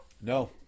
No